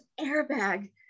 airbag